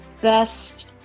best